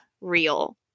real